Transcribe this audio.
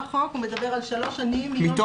החוק מדבר על שלוש שנים מיום סיום תפקידו.